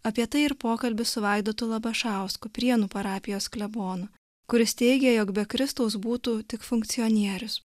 apie tai ir pokalbis su vaidotu labašausku prienų parapijos klebonu kuris teigė jog be kristaus būtų tik funkcionierius